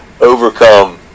overcome